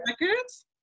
records